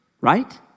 right